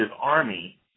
army